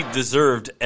deserved